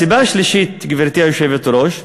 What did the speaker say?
הסיבה השלישית, גברתי היושבת-ראש: